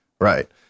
Right